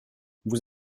vous